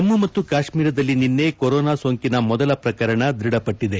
ಜಮ್ಮು ಮತ್ತು ಕಾಶ್ಮೀರದಲ್ಲಿ ನಿನ್ನೆ ಕೊರೋನಾ ಸೋಂಕಿನ ಮೊದಲ ಪ್ರಕರಣ ದ್ವಢಪಟ್ಟಿದೆ